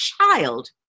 child